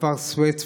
בכפר סווד,